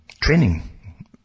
training